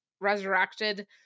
resurrected